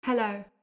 Hello